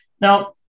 Now